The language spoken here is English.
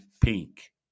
pink